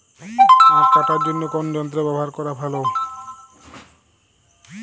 আঁখ কাটার জন্য কোন যন্ত্র ব্যাবহার করা ভালো?